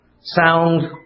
sound